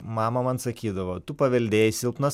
mama man sakydavo tu paveldėjai silpną